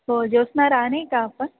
हो जोत्स्ना राने का आपण